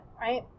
right